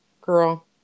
Girl